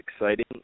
exciting